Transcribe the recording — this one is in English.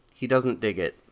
he doesnt dig it.